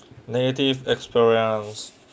negative experience